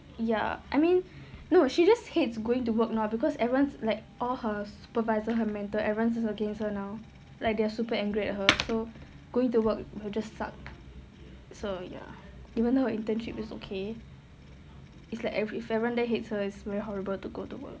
ya I mean no she just hates going to work now because everyone's like all her supervisor her manager everyone is against her now like they're super angry at her so going to work will just suck so ya even though her internship is okay it's like every if everyone there hates her it's very horrible to go to work